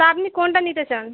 তা আপনি কোনটা নিতে চান